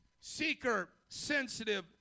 seeker-sensitive